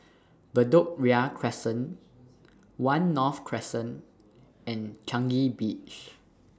Bedok Ria Crescent one North Crescent and Changi Beach